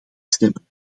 stemmen